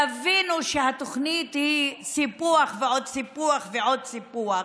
תבינו שהתוכנית היא סיפוח ועוד סיפוח ועוד סיפוח,